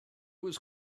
was